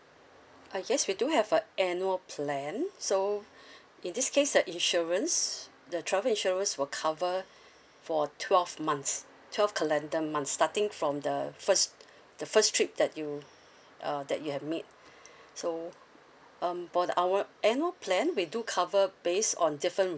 uh yes we do have a annual plan so in this case the insurance the travel insurance will cover for twelve months twelve calendar months starting from the first the first trip that you uh that you have made so um for the our annual plan we do cover base on different